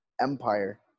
empire